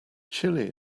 chilly